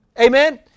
Amen